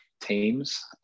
teams